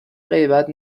غیبت